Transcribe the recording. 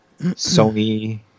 Sony